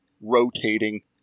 rotating